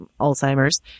alzheimer's